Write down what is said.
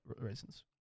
reasons